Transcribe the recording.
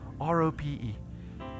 R-O-P-E